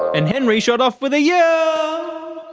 and henry shot off with a yeah